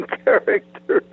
character